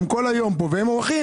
הם כל היום כאן והם אורחים,